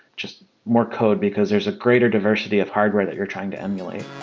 just more code because there's a greater diversity of hardware that you're trying to emulate.